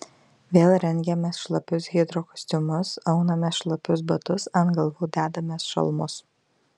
vėl rengiamės šlapius hidrokostiumus aunamės šlapius batus ant galvų dedamės šalmus